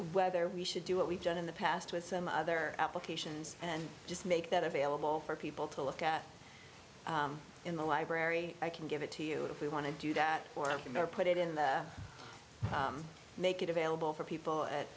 whether we should do what we've done in the past with some other applications and just make that available for people to look at in the library i can give it to you if we want to do that or i'm going to put it in the make it available for people at